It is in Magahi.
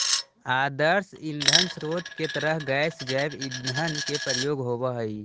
आदर्श ईंधन स्रोत के तरह गैस जैव ईंधन के प्रयोग होवऽ हई